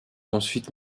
ensuite